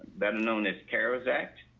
then known as kara's act.